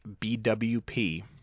bwp